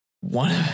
one